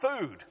food